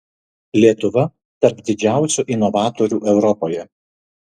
lietuva tarp didžiausių inovatorių europoje